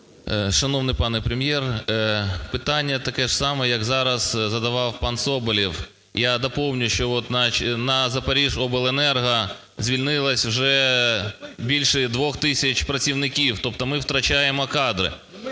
Шановний пане прем'єр, питання таке ж саме, як зараз задавав пан Соболєв. Я доповню, що от на "Запоріжжяобленерго" звільнилося вже більше 2 тисяч працівників, тобто ми втрачаємо кадри.